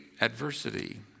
adversity